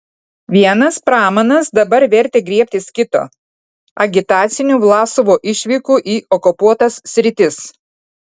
vienas pramanas dabar vertė griebtis kito agitacinių vlasovo išvykų į okupuotas sritis